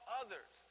others